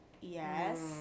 Yes